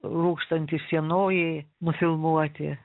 rūkstantys sienojai nufilmuoti